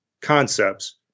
concepts